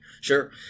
Sure